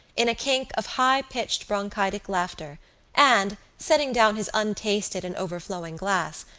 in a kink of high-pitched bronchitic laughter and, setting down his untasted and overflowing glass,